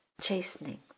chastening